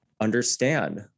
understand